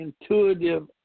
intuitive